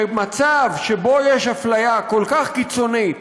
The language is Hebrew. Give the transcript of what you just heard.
ומצב שבו יש אפליה כל כך קיצונית,